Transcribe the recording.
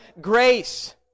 grace